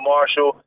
Marshall